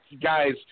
guys